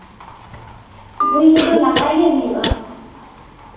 ᱦᱩᱭ ᱠᱚᱫᱚ ᱱᱟᱯᱟᱭ ᱜᱮ ᱦᱩᱭᱩᱜᱼᱟ